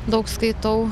daug skaitau